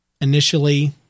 initially